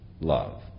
love